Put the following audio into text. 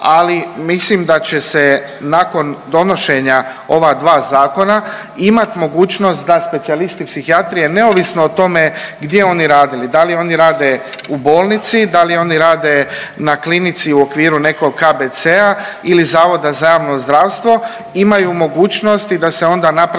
ali mislim da će se nakon donošenja ova dva zakona imat mogućnost da specijalisti psihijatrije neovisno o tome gdje oni radili, da li oni rade u bolnici, da li oni rade na klinici u okviru nekog KBC-a ili zavoda za javno zdravstvo imaju mogućnosti i da se onda napravi